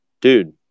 Dude